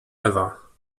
ewa